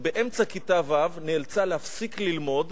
שבאמצע כיתה ו' נאלצה להפסיק ללמוד